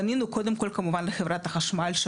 פנינו קודם כל כמובן לחברת החשמל.